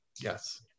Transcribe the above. Yes